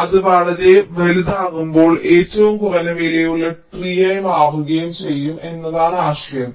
അത് വളരെ വലുതാകുമ്പോൾ അത് ഏറ്റവും കുറഞ്ഞ വിലയുള്ള ട്രീയി മാറുകയും ചെയ്യും എന്നതാണ് ആശയം